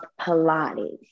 Pilates